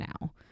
now